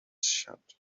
shut